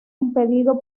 impedido